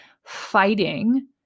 fighting